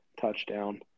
touchdown